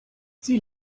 sie